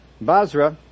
Basra